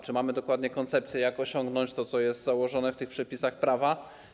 Czy mamy dokładnie koncepcję, jak osiągnąć to, co jest założone w tych przepisach prawa?